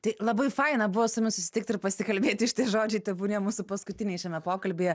tai labai faina buvo su jumis susitikt ir pasikalbėti ir šitie žodžiai tebūnie mūsų paskutiniai šiame pokalbyje